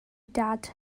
dad